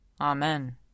Amen